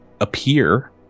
appear